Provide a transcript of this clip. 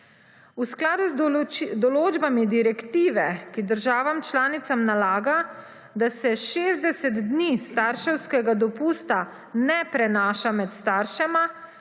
V skladu z določbami direktive, ki državam članicam nalaga, da se 60 dni starševskega dopusta ne prenaša med staršema